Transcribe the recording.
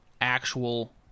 actual